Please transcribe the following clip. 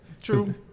True